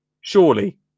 Surely